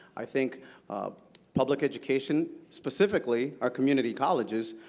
i think um public education, specifically our community colleges,